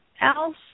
else